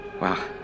Wow